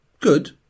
good